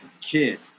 kid